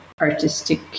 artistic